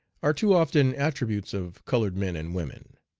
are too often attributes of colored men and women.